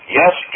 yes